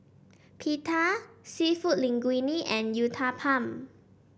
Pita seafood Linguine and Uthapam